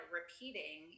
repeating